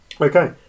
Okay